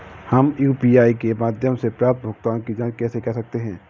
हम यू.पी.आई के माध्यम से प्राप्त भुगतान की जॉंच कैसे कर सकते हैं?